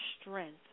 strength